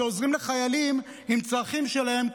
שעוזרים לחיילים עם הצרכים שלהם,